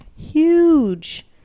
Huge